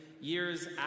years